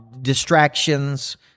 distractions